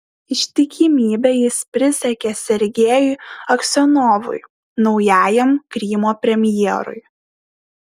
ištikimybę jis prisiekė sergejui aksionovui naujajam krymo premjerui